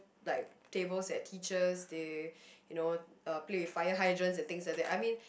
like tables at teachers they you know uh play with fire hydrants and things like that I mean